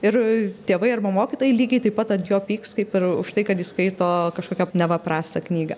ir tėvai arba mokytojai lygiai taip pat ant jo pyks kaip ir už tai kad jis skaito kažkokią neva prastą knygą